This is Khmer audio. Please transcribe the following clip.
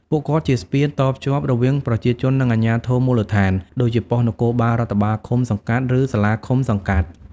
ពួកគាត់ជាស្ពានតភ្ជាប់រវាងប្រជាជន និងអាជ្ញាធរមូលដ្ឋាន ដូចជាប៉ុស្តិ៍នគរបាលរដ្ឋបាលឃុំ/សង្កាត់ ឬសាលាឃុំ/សង្កាត់។